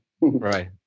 Right